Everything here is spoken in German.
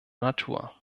natur